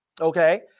Okay